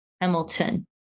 Hamilton